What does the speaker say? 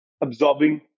absorbing